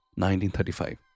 1935